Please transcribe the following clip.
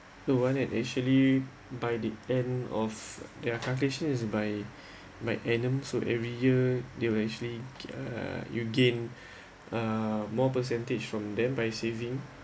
the one and actually by the end of their calculation is by my annum so every year they will actually uh you gain uh more percentage from them by saving